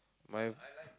my